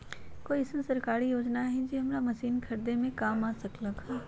कोइ अईसन सरकारी योजना हई जे हमरा मशीन खरीदे में काम आ सकलक ह?